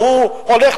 שהוא הולך,